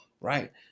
right